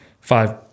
five